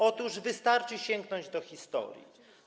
Otóż wystarczy sięgnąć do historii.